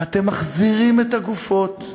ואתם מחזירים את הגופות.